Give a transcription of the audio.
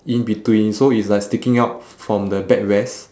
in between so it's like sticking out f~ from the backrest